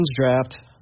Draft